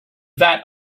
vat